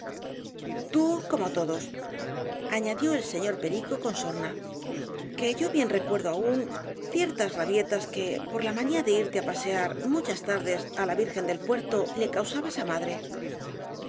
tú como todosañadió el señor perico con sorna que yo bien recuerdo aún ciertas rabietas que por la manía de irte á pasear muchas tardes á la virgen del puerto le causabas á madre